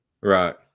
Right